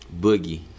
Boogie